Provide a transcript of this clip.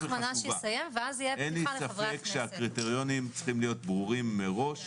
אין ספק שהקריטריונים צריכים להיות ברורים מראש,